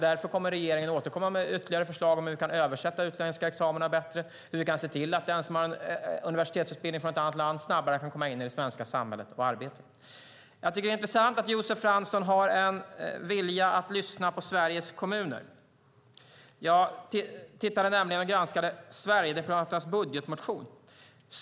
Därför ska regeringen återkomma med ytterligare förslag om hur vi ska kunna översätta utländska examina bättre och hur vi ska kunna se till att den som har universitetsutbildning från annat land snabbare kan komma in i det svenska samhället och arbeta. Det är intressant att Josef Fransson har en vilja att lyssna på Sveriges kommuner. Jag har granskat Sverigedemokraternas budgetmotion.